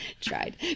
Tried